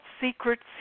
secrets